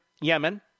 Yemen